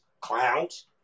clowns